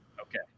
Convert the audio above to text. Okay